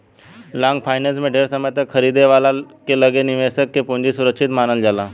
long finance में ढेर समय तक खरीदे वाला के लगे निवेशक के पूंजी सुरक्षित मानल जाला